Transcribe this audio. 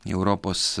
į europos